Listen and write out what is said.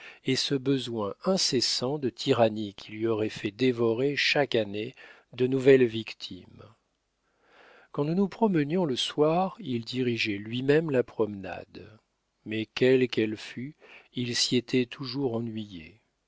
et ce besoin incessant de tyrannie qui lui aurait fait dévorer chaque année de nouvelles victimes quand nous nous promenions le soir il dirigeait lui-même la promenade mais quelle qu'elle fût il s'y était toujours ennuyé